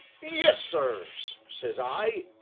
yes, sirs says i,